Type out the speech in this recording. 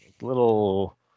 little